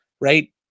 Right